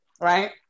right